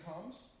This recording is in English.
comes